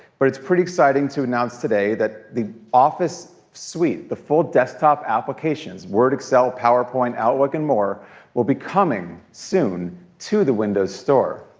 but it's pretty exciting to announce today that the office suite, the full desktop applications, word, excel, powerpoint, outlook and more will be coming soon to the windows store.